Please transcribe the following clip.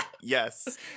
Yes